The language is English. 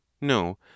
no